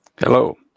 Hello